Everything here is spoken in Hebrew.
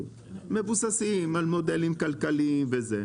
מבוססים על מודלים כלכליים וזה.